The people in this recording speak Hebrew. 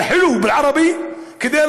(אומר בערבית: היפה,